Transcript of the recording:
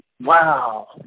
Wow